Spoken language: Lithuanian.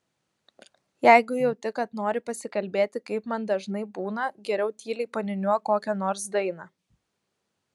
jeigu jauti kad nori pasikalbėti kaip man dažnai būna geriau tyliai paniūniuok kokią nors dainą